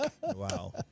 wow